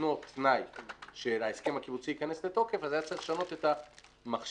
באותו תנאי של ההסכם הקיבוצי שייכנס לתוקף היה צריך לשנות את המכשיר.